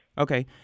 Okay